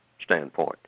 standpoint